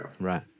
Right